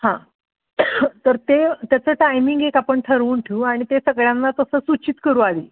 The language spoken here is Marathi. हां तर ते त्याचं टायमिंग एक आपण ठरवून ठेवू आणि ते सगळ्यांना तसं सूचित करू आधी